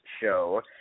show